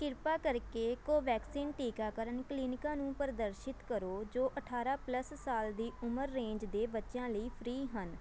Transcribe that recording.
ਕਿਰਪਾ ਕਰਕੇ ਕੋਵੈਕਸਿਨ ਟੀਕਾਕਰਨ ਕਲੀਨਿਕਾਂ ਨੂੰ ਪ੍ਰਦਰਸ਼ਿਤ ਕਰੋ ਜੋ ਅਠਾਰਾਂ ਪਲੱਸ ਸਾਲ ਦੀ ਉਮਰ ਰੇਂਜ ਦੇ ਬੱਚਿਆਂ ਲਈ ਫ੍ਰੀ ਹਨ